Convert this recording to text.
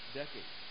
decades